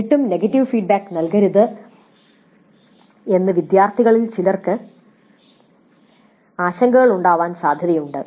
എന്നിട്ടും negative feedback നൽകരുതെന്ന് വിദ്യാർത്ഥികളിൽ ചില ആശങ്കകളുണ്ടാകാൻ സാധ്യതയുണ്ട്